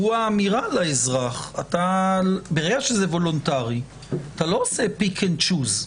הוא האמירה לאזרח: ברגע שזה וולונטרי אתה לא עושה pick and choose.